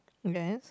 yes